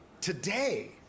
today